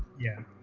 yeah,